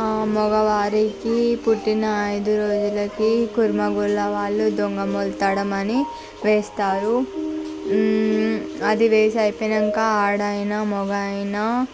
ఆ మగవారికి పుట్టిన ఐదు రోజులకి కురుమ గొల్ల వాళ్ళు దొంగ మొలతాడమని వేస్తారు అది వయసు అయిపోయినాక ఆడాయన మగఆయన